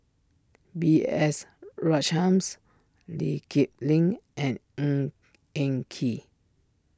B S Rajhans Lee Kip Lin and Ng Eng Kee